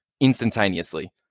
instantaneously